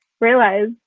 realize